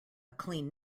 clean